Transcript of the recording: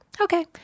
okay